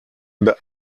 the